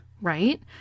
right